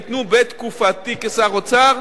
שניתנו בתקופתי כשר האוצר,